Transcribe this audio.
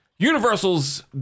Universal's